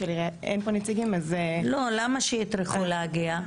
לא, למה שיטרחו להגיע?